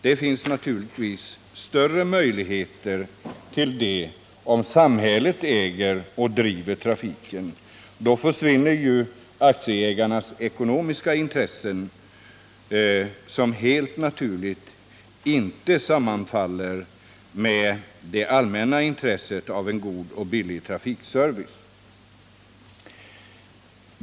Det finns enligt vår mening större möjligheter till det, om samhället äger och driver trafiken. Då försvinner ju aktieägarnas ekonomiska intressen, som helt naturligt inte sammanfaller med det allmänna intresset av en god och billig trafikservice.